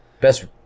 Best